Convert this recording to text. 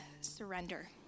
surrender